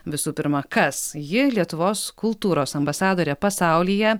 visų pirma kas ji lietuvos kultūros ambasadorė pasaulyje